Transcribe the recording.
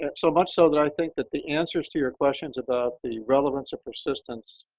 and so much so that i think that the answers to your questions about the relevance of persistence,